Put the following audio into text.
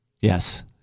Yes